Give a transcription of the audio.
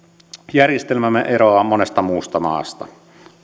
järjestelmämme eroaa monesta muusta maasta